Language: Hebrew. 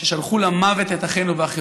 ששלחו למוות את אחינו ואחיותינו.